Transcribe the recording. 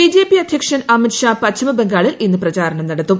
BJP അധ്യക്ഷൻ അമിത്ഷാ പശ്ചിമബംഗാളിൽ ഇന്ന് പ്രചാരണം നടത്തും